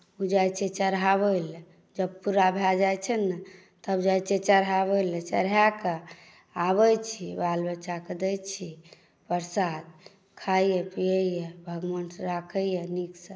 जाइत छियै चढ़ाबय लेल जब पूरा भए जाइत छै ने तब जाइत छियै चढ़ाबय लेल चढ़ा कऽ आबैत छियै बाल बच्चाकेँ दैत छियै प्रसाद खाइए पियैए भगवान राखैए नीकसँ